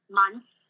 months